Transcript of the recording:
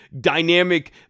dynamic